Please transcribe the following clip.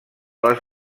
les